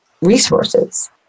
resources